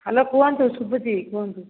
hello କୁହନ୍ତୁ ଶୁବୁଛି କୁହନ୍ତୁ